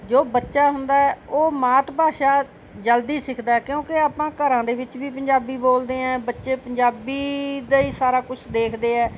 ਜੋ ਬੱਚਾ ਹੁੰਦਾ ਉਹ ਮਾਤ ਭਾਸ਼ਾ ਜਲਦੀ ਸਿੱਖਦਾ ਕਿਉਂਕਿ ਆਪਾਂ ਘਰਾਂ ਦੇ ਵਿੱਚ ਵੀ ਪੰਜਾਬੀ ਬੋਲਦੇ ਹਾਂ ਬੱਚੇ ਪੰਜਾਬੀ ਦਾ ਹੀ ਸਾਰਾ ਕੁਛ ਦੇਖਦੇ ਹੈ